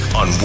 on